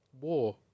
war